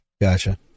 Gotcha